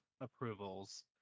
approvals